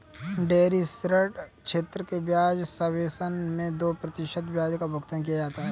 dairy क्षेत्र के ब्याज सबवेसन मैं दो प्रतिशत ब्याज का भुगतान किया जाता है